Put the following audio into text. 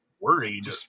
worried